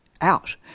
out